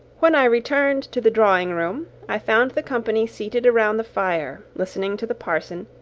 when i returned to the drawing-room, i found the company seated around the fire, listening to the parson,